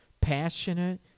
passionate